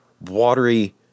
watery